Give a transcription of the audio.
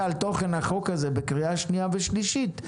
על תוכן החוק הזה בקריאה שנייה ושלישית,